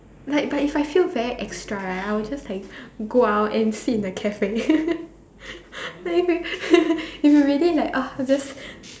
like but if I feel very extra right I'll just like go out and sit in a cafe like if you if you really like !ugh! just